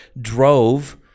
drove